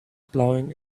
plowing